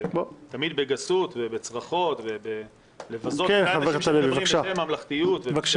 זה תמיד בגסות ובצרחות ובלבזות אנשים שמדברים בממלכתיות --- כן,